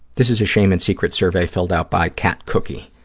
this is a shame and secrets survey filled out by cat cookie.